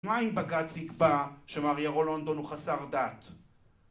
מה אם בג"ץ יקבע שמר ירון לונדון הוא חסר דת?